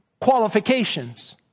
qualifications